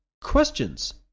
questions